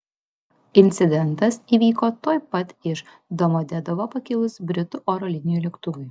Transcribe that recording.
incidentas įvyko tuoj pat iš domodedovo pakilus britų oro linijų lėktuvui